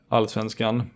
Allsvenskan